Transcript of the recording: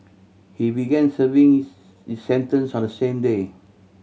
he began serving his sentence on the same day